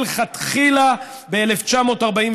מלכתחילה ב-1948,